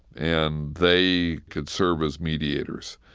and they could serve as mediators.